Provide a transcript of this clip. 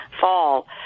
fall